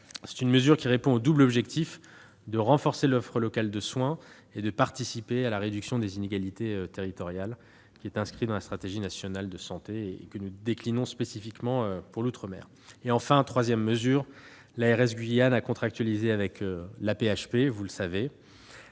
Cette mesure répond au double objectif de renforcer l'offre locale de soins et de participer à la réduction des inégalités territoriales, inscrit dans la stratégie nationale de santé et que nous déclinons spécifiquement pour l'outre-mer. Enfin, l'ARS de Guyane a conclu une convention avec l'AP-HP aux fins de